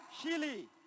Chile